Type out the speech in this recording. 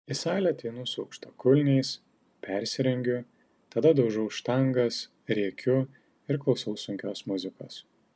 į salę ateinu su aukštakulniais persirengiu tada daužau štangas rėkiu ir klausau sunkios muzikos